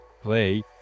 play